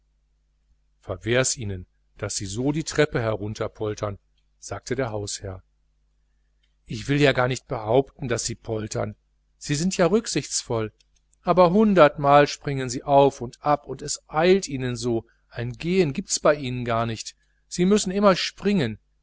verwehr's ihnen daß sie so die treppen herunterpoltern sagte der hausherr ich will gar nicht behaupten daß sie poltern sie sind ja rücksichtsvoll aber hundertmal springen sie auf und ab und es pressiert ihnen allen so ein gehen gibt's bei denen gar nicht sie müssen immer springen